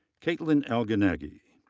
katelyn l. gnegy.